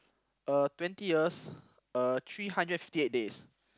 uh twenty years uh three hundred fifty eight days